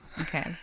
Okay